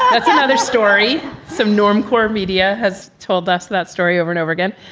that's another story some normcore media has told us that story over and over again.